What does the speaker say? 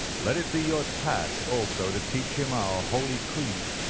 let it be your task also to teach him our holy creed.